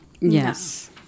Yes